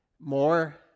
more